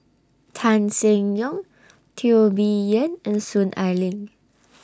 Tan Seng Yong Teo Bee Yen and Soon Ai Ling